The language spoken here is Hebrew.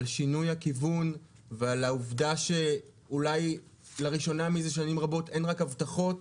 על שינוי הכיוון ועל העובדה שאולי לראשונה מזה שנים רבות אין רק הבטחות,